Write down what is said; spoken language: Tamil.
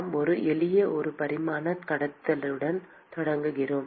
நாம் ஒரு எளிய ஒரு பரிமாண கடத்துதலுடன் தொடங்குகிறோம்